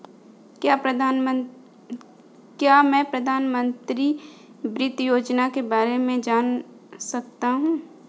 क्या मैं प्रधानमंत्री वित्त योजना के बारे में जान सकती हूँ?